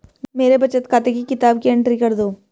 मेरे बचत खाते की किताब की एंट्री कर दो?